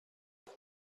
ich